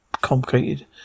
complicated